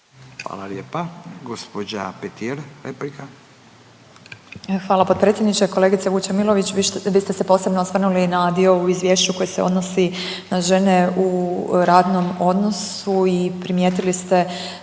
Hvala lijepa. Gđa. Petir replika.